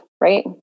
right